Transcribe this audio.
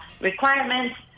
requirements